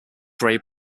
gray